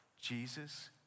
Jesus